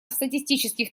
статистических